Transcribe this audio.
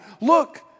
Look